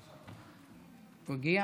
הוא הגיע?